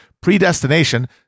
predestination